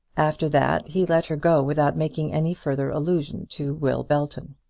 after that he let her go without making any further allusion to will belton.